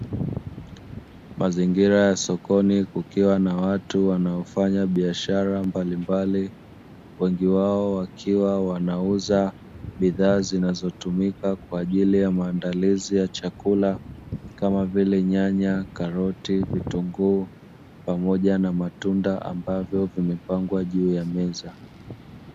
Mazingira ya sokoni kukiwa na watu wanaofanya biashara mbalimbali, wengi wao wakiwa wanauza bidhaa zinazotumika kwa ajili ya maandalizi ya chakula kama vile: nyanya, karoti, vitunguu pamoja na matunda ambavyo vimepangwa juu ya meza .